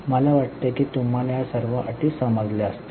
मला वाटते की तुम्हाला या सर्व अटी समजल्या आहेत